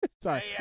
Sorry